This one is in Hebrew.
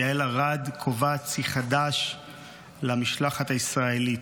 יעל ארד קובעת שיא חדש למשלחת הישראלית: